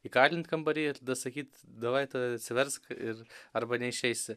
įkalint kambary ir tada sakyt davai tu atsiversk ir arba neišeisi